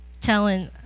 telling